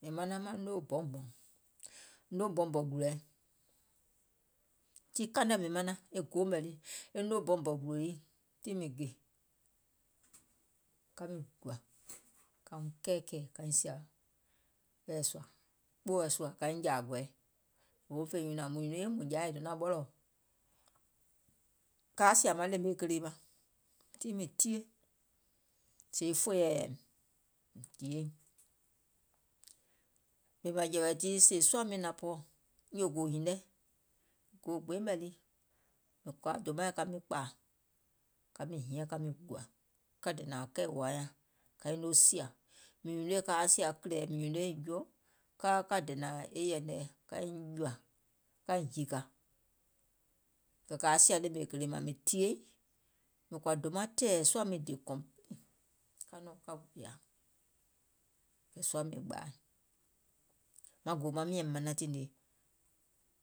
Mìŋ manaŋ maŋ noo bɔunbɔ̀ùŋ, noo bɔunbɔ̀ùŋ gùlòɛ, tii kȧìŋ nɛ mìŋ manaŋ, e goò mɛ̀ lii, noo bɔunbɔ̀ùŋ gùlò lii, tiŋ mìŋ gè ka niŋ gùȧ kaiŋ kɛɛkɛ̀ɛ̀ kaiŋ sìȧ kpoòɛ sùȧ kaiŋ jȧȧ gɔɛɛ, òfoo fèiŋ nyùnȧŋ, mùŋ nyùnoìŋ è donȧŋ ɓɔlɔ̀ɔ̀, kaa sìȧ maŋ lèèmeè kelèe, tiŋ mìŋ tie, sèè fòyɛ̀ɛ yȧìm mìŋ tìyèiŋ, ɓìèmȧŋjɛ̀wɛ̀ tii sèè suȧ miìŋ naŋ pɔɔ̀, nyòògòò hììŋ nɛ, goò gbee mɛ̀ lii, mìŋ kɔ̀ȧ dòmaìŋ ka miŋ kpȧȧ ka miŋ hiȧŋ ka miŋ gùȧ ka dènȧŋ aŋ kɛì wòa nyȧŋ ka nyiŋ noo sìȧ, mìŋ nyùnoìŋ kaa sìȧ kìlɛ̀ɛ, mìŋ nyùnòiŋ juo, ka ka ka dènȧŋ e yɛ̀nɛ̀ɛ kaiŋ jùȧ kaiŋ hìkȧ kɛ̀ kȧa sìȧ lèemeè kelèe mȧŋ, mìŋ tìyèiŋ mìŋ kɔ̀ȧ dòmaŋ tɛ̀ɛ̀, suȧ miìŋ dè complete, ko suȧ miìŋ gbaì, maŋ gòò miȧŋ manaŋ tiŋ nii,